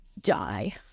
die